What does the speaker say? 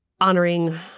honoring